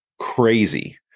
crazy